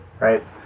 right